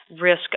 risk